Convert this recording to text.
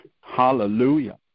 Hallelujah